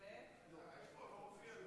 זה לא מופיע.